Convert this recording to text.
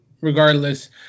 regardless